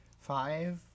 Five